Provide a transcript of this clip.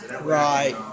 Right